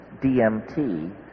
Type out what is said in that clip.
DMT